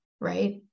right